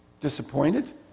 disappointed